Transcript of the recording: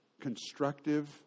constructive